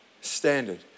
standard